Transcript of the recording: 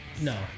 No